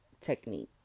technique